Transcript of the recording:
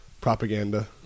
propaganda